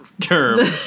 term